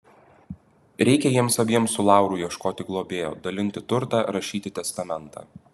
reikia jiems abiems su lauru ieškoti globėjo dalinti turtą rašyti testamentą